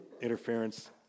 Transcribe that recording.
interference